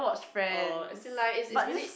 oh as in like is is really